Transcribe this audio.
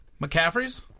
McCaffrey's